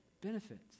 Benefits